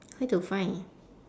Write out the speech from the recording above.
where to find